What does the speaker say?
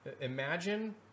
imagine